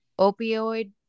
opioid